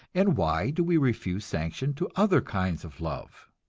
and why do we refuse sanction to other kinds of love?